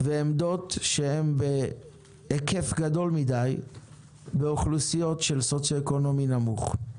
ועמדות שהן בהיקף גדול מדי באוכלוסיות במצב סוציו-אקונומי נמוך.